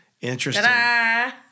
Interesting